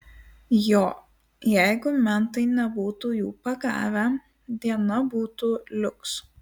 jo jeigu mentai nebūtų jų pagavę diena būtų liuks